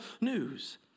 news